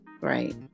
Right